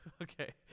Okay